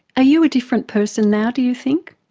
you a different person now, do you think?